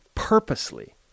purposely